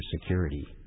security